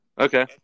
Okay